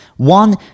one